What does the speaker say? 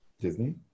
Disney